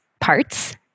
parts